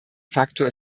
faktor